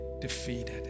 defeated